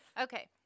okay